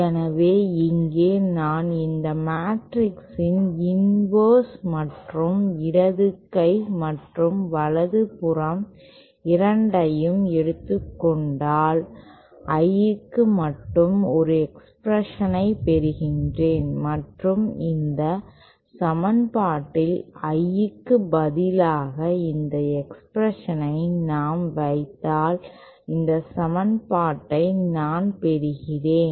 எனவே இங்கே நான் இந்த மேட்ரிக்ஸின் இன்வர்ஸ் மற்றும் இடது கை மற்றும் வலது புறம் இரண்டையும் எடுத்துக் கொண்டால் I க்கு மட்டும் ஒரு எக்ஸ்பிரேஷனை பெறுகிறேன் மற்றும் இந்த சமன்பாட்டில் I க்கு பதிலாக இந்த எக்ஸ்பிரேஷனை நாம் வைத்தால் இந்த சமன்பாட்டை நான் பெறுகிறேன்